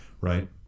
right